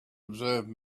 observe